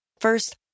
First